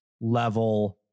level